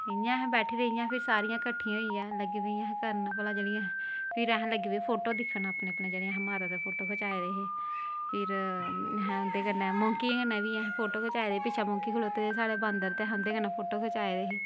इयां असें बैठे दियां इयां फिर सारियां कट्ठियां होइयै लग्गी पेइयां असें करन भला जेह्ड़ियां फिर अस लग्गी पे दिक्खन अपने अपने जेह्ड़े असें माता दे फोटो खचाए दे हे फिर असें उं'दे कन्नै मंकियें कन्नै बी असें फोटो खचाए दे हे पिच्छें मंकी खड़ोते दे हे साढ़ै बंदर ते असें उं'दे कन्नै फोटो खचाए दे हे